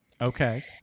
Okay